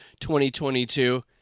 2022